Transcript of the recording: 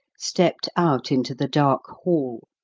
stepped out into the dark hall,